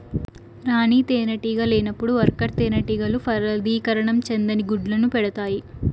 రాణి తేనెటీగ లేనప్పుడు వర్కర్ తేనెటీగలు ఫలదీకరణం చెందని గుడ్లను పెడుతాయి